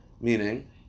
Meaning